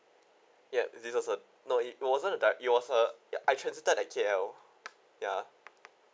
yup this was uh no it wasn't a direct it was a I transited at K_L ya